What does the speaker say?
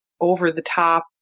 over-the-top